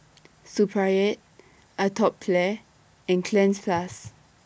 Supravit Atopiclair and Cleanz Plus